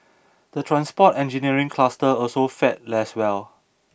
the transport engineering cluster also fared less well